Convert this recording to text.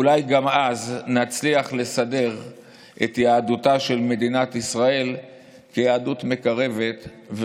אולי אז גם נצליח לסדר את יהדותה של מדינת ישראל כיהדות מקרבת,